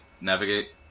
navigate